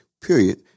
period